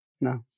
No